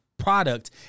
product